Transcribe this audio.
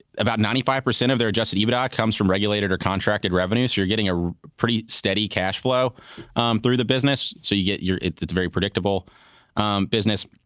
about ninety five percent of their adjusted ebitda comes from regulated or contracted revenues. you're getting a pretty steady cash flow through the business. so yeah it's it's very predictable business.